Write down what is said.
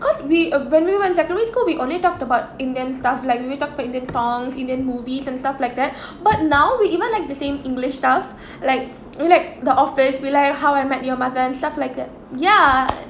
because we when we were in secondary school we only talked about indian stuff like we will talk about indian songs indian movies and stuff like that but now we even like the same english stuff like we like the office we like how I met your mother and stuff like that ya